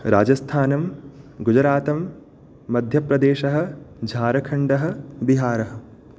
राजस्थानम् गुजरातम् मध्यप्रदेशः झार्खण्डः बिहारः